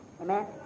Amen